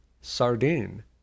sardine